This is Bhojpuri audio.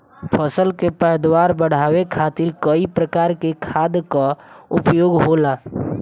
फसल के पैदावार बढ़ावे खातिर कई प्रकार के खाद कअ उपयोग होला